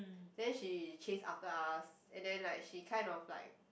then she chase after us and then like she kind of like